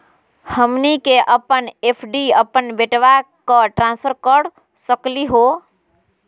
हमनी के अपन एफ.डी अपन बेटवा क ट्रांसफर कर सकली हो?